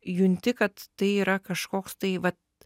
junti kad tai yra kažkoks tai vat